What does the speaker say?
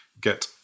get